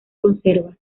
conserva